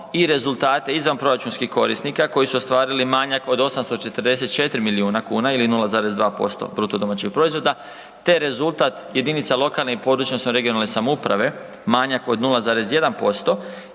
i rezultate izvanproračunskih korisnika koji su ostvarili manjak od 844 milijuna kuna ili 0,2% BDP-a te rezultat jedinica lokalne i područne (regionalne) samouprave manjak od 0,1%